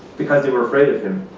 because they were afraid of him.